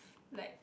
like